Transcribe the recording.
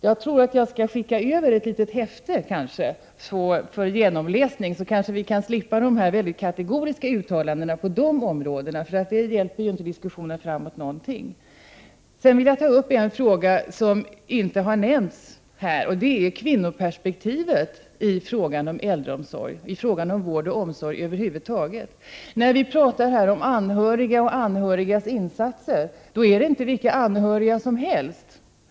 Jag skall kanske skicka över ett litet häfte för genomläsning. Sedan kan vi kanske slippa de mycket kategoriska uttalandena på detta område, uttalanden som ju inte alls för diskussionen framåt. Jag vill ta upp en fråga som inte har berörts i detta sammanhang, nämligen kvinnoperspektivet när det gäller vård och omsorg över huvud taget. När vi talar om anhöriga och anhörigas insatser gäller det inte vilka anhöriga som helst.